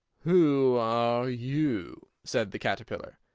who are you? said the caterpillar.